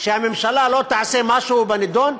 שהממשלה לא תעשה משהו בנדון?